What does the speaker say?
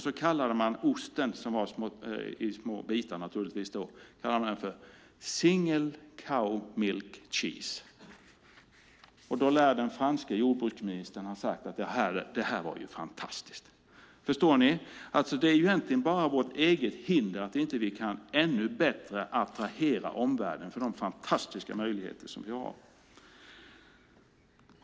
Så kallade man osten, som serverades i små bitar, single cow milk cheese. Då lär den franska jordbruksministern ha sagt: Det här var ju fantastiskt! Det är egentligen bara vårt eget hinder att vi inte kan bättre attrahera omvärlden med de fantastiska möjligheter som vi har.